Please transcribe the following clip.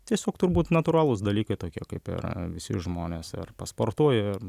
tiesiog turbūt natūralūs dalykai tokie kaip ir visi žmonės ar pasportuoja